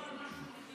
הוא אמר משהו, גזעני.